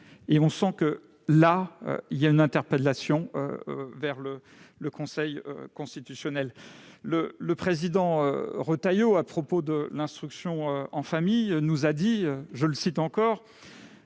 » On sent qu'il y a là une interpellation du Conseil constitutionnel. Le président Retailleau, à propos de l'instruction en famille, nous a dit :« Un régime